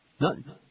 None